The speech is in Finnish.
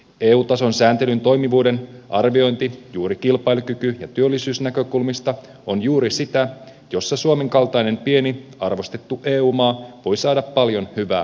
eu tason sääntelyn toimivuuden arviointi juuri kilpailukyky ja työllisyysnäkökulmista on juuri sitä jossa suomen kaltainen pieni arvostettu eu maa voi saada paljon hyvää aikaan